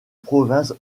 province